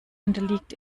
unterliegt